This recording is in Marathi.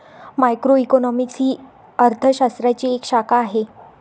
मॅक्रोइकॉनॉमिक्स ही अर्थ शास्त्राची एक शाखा आहे